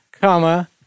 comma